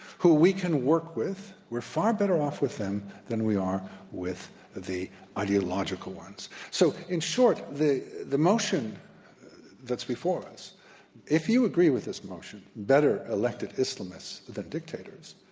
who we can work with. we're far better off with them than we are with the ideological ones. so in short, the the motion that's before us, better if you agree with this motion, better elected islamists than dictators,